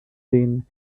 thin